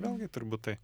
vėlgi turbūt tai